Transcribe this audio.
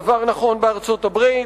הדבר נכון בארצות-הברית,